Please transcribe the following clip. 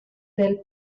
del